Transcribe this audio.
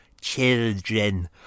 children